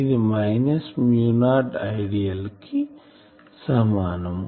ఇది minus mu naught Idl కి సమానం